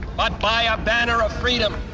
but by a banner of freedom.